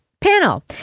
Panel